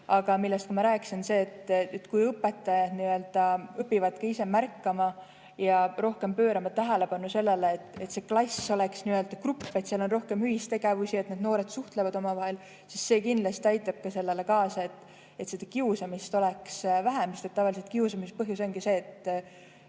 Aga millest ma rääkisin, on see, et kui õpetajad õpivad ise märkama ja rohkem pöörama tähelepanu sellele, et see klass oleks grupp, kus on rohkem ühistegevusi, kus noored suhtlevad omavahel, siis see kindlasti aitab kaasa sellele, et kiusamist oleks vähem. Sest tavaliselt kiusamise põhjus ongi see,